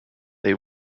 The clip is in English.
they